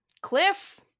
Cliff